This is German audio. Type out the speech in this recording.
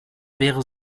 wäre